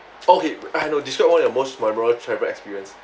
okay I know describe one of your most memorable travel experience